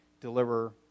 deliver